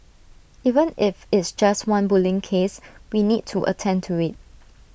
even if it's just one bullying case we need to attend to IT